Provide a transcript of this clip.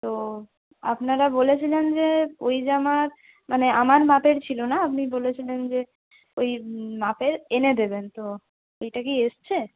তো আপনারা বলেছিলেন যে ওই জামার মানে আমার মাপের ছিল না আপনি বলেছিলেন যে ওই মাপের এনে দেবেন তো ওইটা কি এসেছে